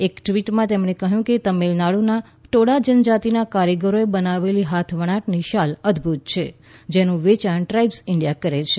એક ટ્વિટમાં તેમણે કહ્યું કે તમિળનાડુના ટોડા જનજાતિના કારીગરોએ બનાવેલી હાથવણાટની શાલ અદભૂત લાગ્યાં જેનું વેચાણ ટ્રાઇબ્સ ઇન્ડિયા કરે છે